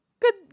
Good